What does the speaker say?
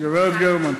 שנייה, הגברת גרמן.